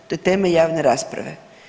To je tema javne rasprave.